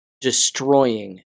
destroying